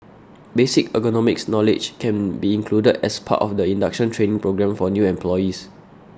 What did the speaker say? basic ergonomics knowledge can be included as part of the induction training programme for new employees